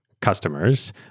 customers